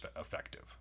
effective